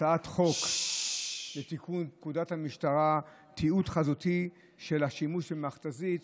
הצעת חוק לתיקון פקודת המשטרה (תיעוד חזותי של השימוש בכמת"זית),